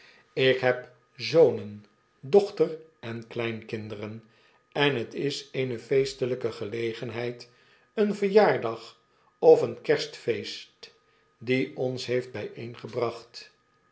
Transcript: ik heb zonen dochter en kleinkinderen en het is eene feestelijke gelegenheid een verjaardag of een kerstfeest die ons heeft